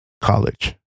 college